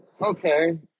okay